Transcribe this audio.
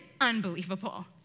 unbelievable